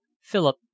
philip